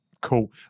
Cool